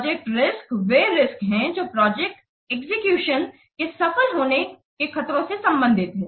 project risk वे risk हैं जो प्रोजेक्ट एग्जीक्यूशन के सफल होने के खतरों से संबंधित हैं